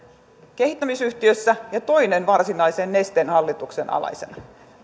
kehittämisyhtiössä ja toinen varsinaisen nesteen hallituksen alaisena